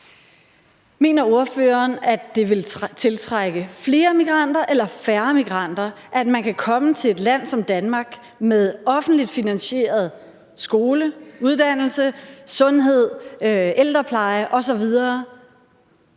Mener ordføreren, at det vil tiltrække flere migranter eller færre migranter, at man kan komme til et land som Danmark med offentligt finansieret skole, uddannelse, sundhed, ældrepleje osv.,